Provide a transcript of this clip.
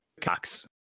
Cox